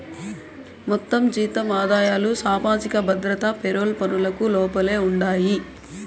మొత్తం జీతం ఆదాయాలు సామాజిక భద్రత పెరోల్ పనులకు లోపలే ఉండాయి